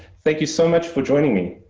thank you so much for joining me.